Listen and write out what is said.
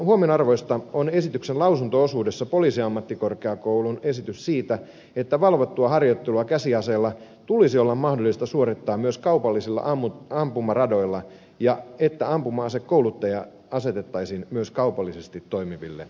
huomionarvoista on esityksen lausunto osuudessa poliisiammattikorkeakoulun esitys siitä että valvottua harjoittelua käsiaseella tulisi olla mahdollista suorittaa myös kaupallisilla ampumaradoilla ja että ampuma asekouluttaja asetettaisiin myös kaupallisesti toimiville ampumaradoille